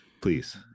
Please